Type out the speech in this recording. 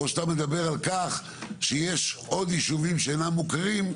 או יש עוד ישובים שאינם מוכרים?